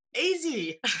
Easy